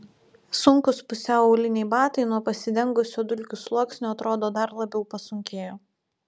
sunkūs pusiau auliniai batai nuo pasidengusio dulkių sluoksnio atrodo dar labiau pasunkėjo